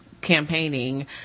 campaigning